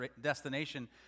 destination